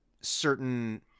certain